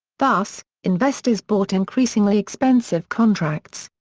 thus, investors bought increasingly expensive contracts.